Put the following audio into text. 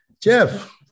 Jeff